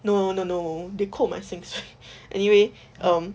no no no they 扣 my 薪水 but anyway um